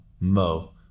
Mo